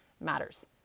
matters